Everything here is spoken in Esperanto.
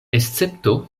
escepto